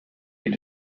est